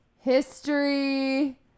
history